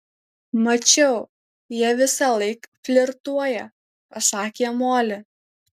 mačiau jie visąlaik flirtuoja pasakė moli